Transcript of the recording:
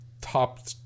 top